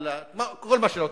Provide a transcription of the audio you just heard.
על כל מה שלא תרצו,